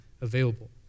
available